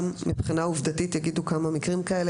גם מבחינה עובדתית יאמרו כמה מקרים אלה